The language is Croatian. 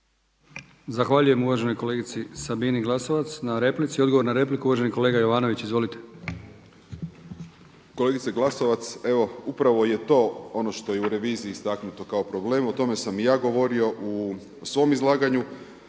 Zahvaljujem uvaženoj kolegici Sabini Glasovac na replici. Odgovor na repliku uvaženi kolega Jovanović. Izvolite. **Jovanović, Željko (SDP)** Kolegice Glasovac, upravo je to ono što je u reviziji istaknuto kao problem o tome sam i ja govorio u svom izlaganju.